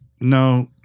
no